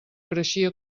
creixia